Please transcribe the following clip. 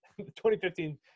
2015